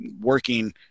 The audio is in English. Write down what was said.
working